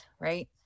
right